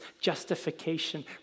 justification